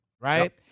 Right